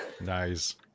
Nice